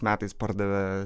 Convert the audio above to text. metais pardavė